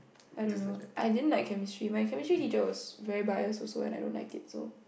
I don't know I didn't like Chemistry my Chemistry teacher was very biased also and I don't like it so